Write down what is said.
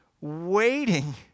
waiting